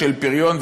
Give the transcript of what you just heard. של פריון,